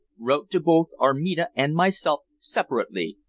wrote to both armida and myself separately,